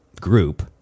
group